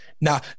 Now